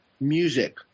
music